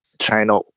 China